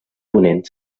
ponent